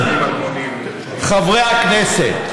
חברי הכנסת,